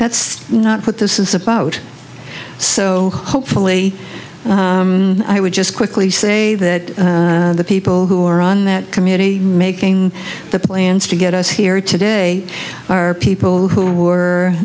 that's not what this is about so hopefully i would just quickly say that the people who are on that committee making the plans to get us here today are people who were